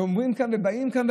ואומרים כאן ובאים כאן,